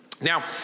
Now